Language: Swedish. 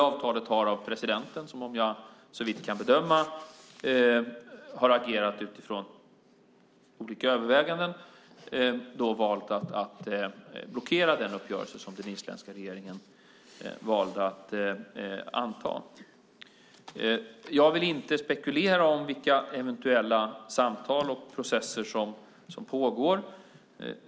Men presidenten, som såvitt jag kan bedöma har agerat utifrån olika överväganden, har valt att blockera den uppgörelse som den isländska regeringen valde att anta. Jag vill inte spekulera om vilka eventuella samtal och processer som pågår.